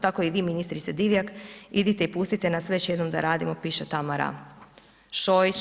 Tako i vi ministrice Divjak idite i pustite nas već jednom da radimo, piše Tamara Šoić.